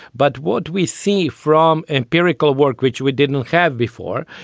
but what do we see from empirical work, which we did and have before,